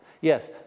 Yes